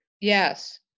Yes